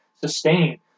sustain